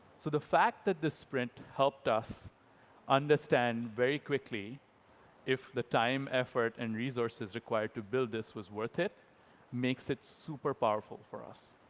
so the fact that the sprint helped us understand very quickly if the time, effort and resources required to build this was worth it makes it super powerful for us.